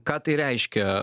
ką tai reiškia